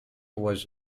was